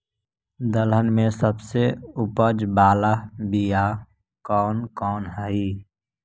दलहन में सबसे उपज बाला बियाह कौन कौन हइ?